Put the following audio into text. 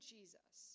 Jesus